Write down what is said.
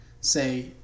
say